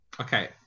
okay